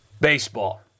Baseball